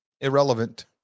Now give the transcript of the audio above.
irrelevant